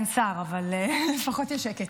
אין שר, אבל לפחות יש שקט.